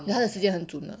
then 他的时间很准